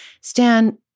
Stan